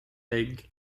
egg